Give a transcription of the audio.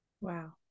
wow